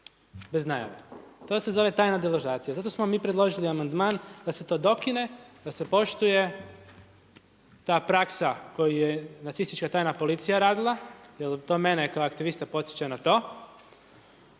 bez najave. To se zove tajna deložacija. Zato smo mi predložili amandman da se to dokine, da se poštuje ta praksa koju je rasistička tajna policija radila, jer to mene kao aktivista podsjeća na to.